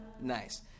Nice